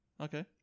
Okay